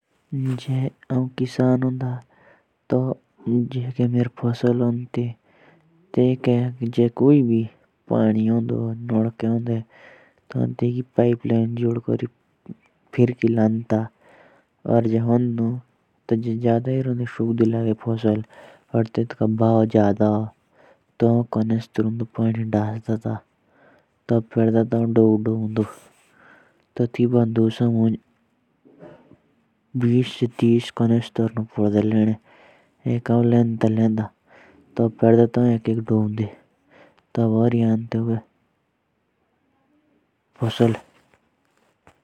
अगर मैं किसान होता तो मैं अपनी फसल के लिए पानी जोड़ता। और उसे सीचता फिर फसल अच्छी हो जाती।